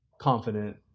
confident